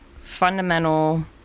fundamental